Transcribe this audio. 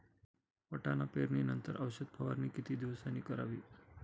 वाटाणा पेरणी नंतर औषध फवारणी किती दिवसांनी करावी?